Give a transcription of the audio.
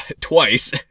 Twice